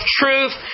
truth